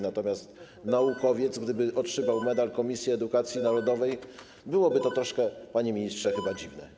Natomiast naukowiec, gdyby otrzymał Medal Komisji Edukacji Narodowej, byłoby to trochę, panie ministrze, chyba dziwne.